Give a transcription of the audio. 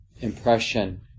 impression